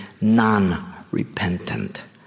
non-repentant